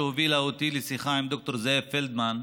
שהובילה אותי לשיחה עם ד"ר זאב פלדמן,